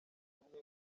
kumwe